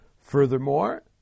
Furthermore